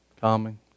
Calming